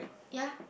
ya